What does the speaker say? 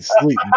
sleep